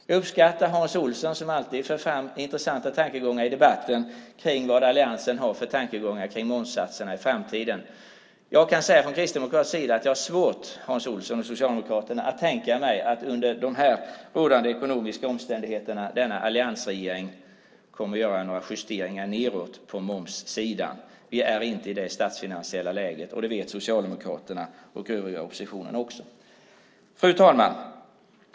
Jag uppskattar Hans Olsson som alltid för fram intressanta tankegångar i debatten om vilka tankar alliansen har om framtida momssatser. Från kristdemokratisk sida kan jag säga, Hans Olsson och ni socialdemokrater, att jag har svårt tänka mig att denna alliansregering under nu rådande ekonomiska omständigheter kommer att göra några justeringar nedåt på momssidan. Vi är inte i det statsfinansiella läget. Det vet Socialdemokraterna och också övriga i oppositionen. Fru talman!